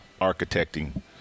architecting